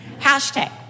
hashtag